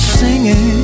singing